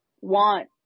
want